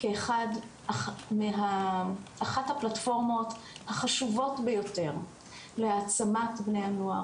אחת הפלטפורמות החשובות ביותר להעצמת בני הנוער.